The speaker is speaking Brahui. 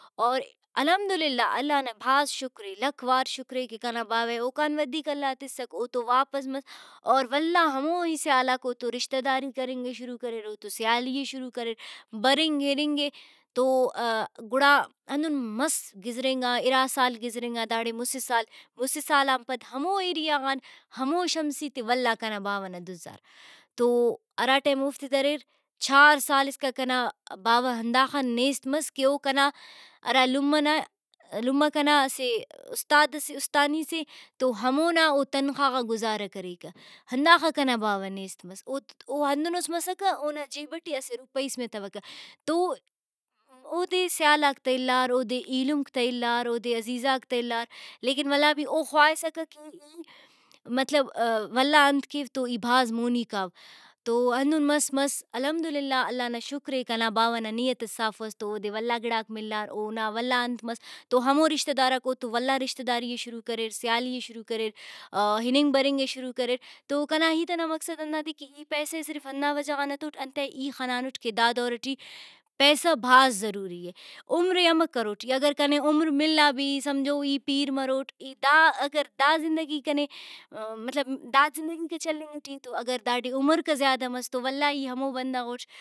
اور الحمد للہ اللہ نا بھاز شکرے لکھ وار شکرے کہ کنا باوہ ئے اوکان ودھیک اللہ تسک او تو واپس مس اور ولدا ہموہی سیالاک اوتو رشتہ داری کرنگے شروع کریر اوڑتو سیالی ئے شروع کریر۔ برنگ اِننگ اے تو گڑا ہندن مس گزرینگا اِرا سال گزرینگا داڑے مُسہ سال مسہ سالان پد ہمو ایریا غان ہمو شمسی تے ولدا کنا باوہ نا دُزار تو ہرا ٹائم اوفتے دریر چھار سال اسکا کنا باوہ ہنداخہ نیست مس کہ او کنا ہرا لمہ نا لمہ کنا اسہ اُستادس اُستانی سے تو ہمونا او تنخواہ غا گزارہ کریکہ ہنداخہ کنا باوہ نیست مس او ت او ہندنوس مسکہ اونا جیب ٹی اسہ روپئیس متوکہ تو اودے سیالاک تہ اِلار اودے ایلمک تہ اِلار اودے عزیزاک تہ اِلار لیکن ولدا بھی او خواہسکہ (voice)مطلب ولدا انت کیو تو ای بھاز مونی کاو۔ تو ہندن مس مس الحمد للہ اللہ نا شکرے کنا باوہ نا نیت ئس صافو اس تو اودے ولدا گڑاک ملار اونا ولدا انت مس تو ہمو رشتہ داراک اوتو ولدا رشتہ داری ئے شروع کریر سیالی ئے شروع کریر اِننگ برنگ ئے شروع کریر تو کنا ہیت ئنا مقصد ہندادے کہ ای پیسہ ئے صرف ہندا وجہ غان ہتوٹ انتئے ای خنانٹ کہ دا دور ٹی پیسہ بھاز ضروری اے۔ عمر ئے ہمر کروٹ ای اگر کنے عمر ملا بھی ای سمجھو ای پیر مروٹ ای دا اگر دا زندگی کنے مطلب دا زندگی کہ چلینگ ٹی اے تو اگر داڑے عمر کہ زیادہ مس تو ولدا ای ہمو بندغ اُٹ